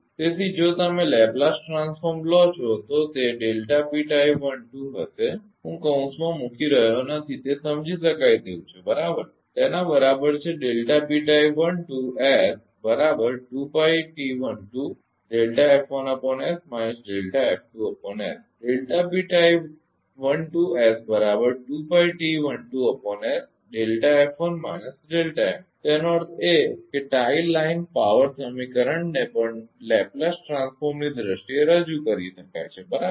તેથી જો તમે લેપ્લેસ ટ્રાન્સફોર્મ લો છો તો તે હશે હું કૌંસમાં મૂકી રહ્યો નથી તે સમજી શકાય તેવું છે બરાબર તેના બરાબર છે તેનો અર્થ એ કે ટાઇ લાઇન પાવર સમીકરણ ને પણ લેપ્લેસ ટ્રાન્સફોર્મ ની દ્રષ્ટિએ રજૂ કરી શકાય છે બરાબર